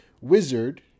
wizard